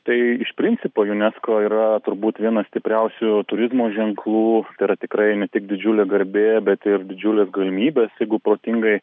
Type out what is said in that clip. tai iš principo junesko yra turbūt vienas stipriausių turizmo ženklų yra tikrai ne tik didžiulė garbė bet ir didžiulės galimybės jeigu protingai